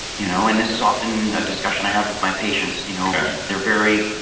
you know and this is often a discussion i have with my patients. you know they're very